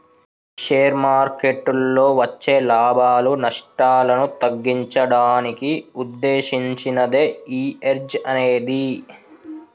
share మార్కెట్టులో వచ్చే లాభాలు, నష్టాలను తగ్గించడానికి వుద్దేశించినదే యీ హెడ్జ్ అనేది